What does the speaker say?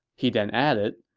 he then added,